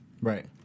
right